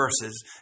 verses